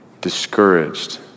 discouraged